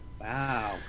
Wow